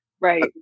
Right